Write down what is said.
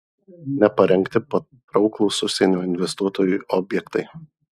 neparengti patrauklūs užsienio investuotojui objektai